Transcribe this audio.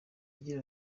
yagize